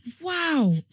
Wow